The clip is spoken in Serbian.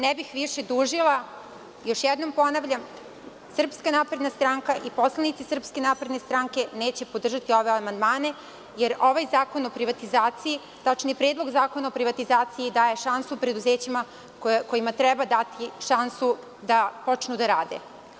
Ne bih više dužila, još jednom ponavljam SNS i poslanici SNS neće podržati ove amandmane, jer ovaj Zakon o privatizaciji, tačnije Predlog zakona o privatizaciji daje šansu preduzećima kojima treba dati šansu da počnu da rade.